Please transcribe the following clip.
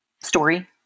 story